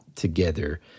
together